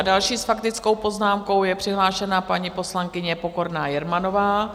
Další s faktickou poznámkou je přihlášená paní poslankyně Pokorná Jermanová.